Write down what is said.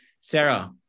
Sarah